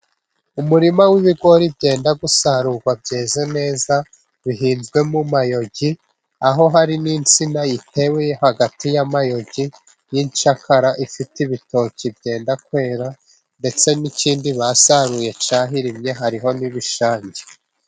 Umurima w'ibigori byenda gusarurwa byeze neza, bihinzwe mu mayogi, aho hari n'insina itewe hagati y'amayongi y'incakara, ifite ibitoki byenda kwera, ndetse n'ikindi basaruye cyahirimye hariho n'ibishange.